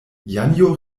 janjo